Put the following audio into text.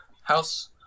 House